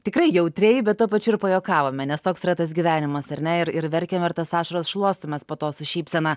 tikrai jautriai bet tuo pačiu ir pajuokavome nes toks yra tas gyvenimas ar ne ir ir verkiam ir tas ašaras šluostomės po to su šypsena